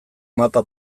mapa